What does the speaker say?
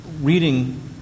reading